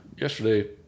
yesterday